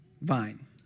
vine